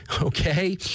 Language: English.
okay